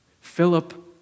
Philip